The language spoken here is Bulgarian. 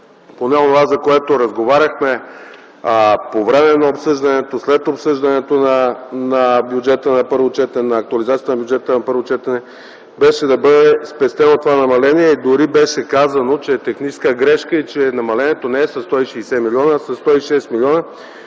онова, за което разговаряхме по време на обсъждането, след обсъждането на актуализацията на бюджета на първо четене, беше да бъде спестено това намаление. Дори беше казано, че е техническа грешка и че намалението не е със 160 милиона, а със 106 милиона.